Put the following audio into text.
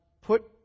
put